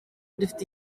dufite